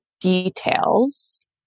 details